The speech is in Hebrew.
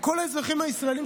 כל האזרחים הישראלים,